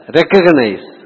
recognize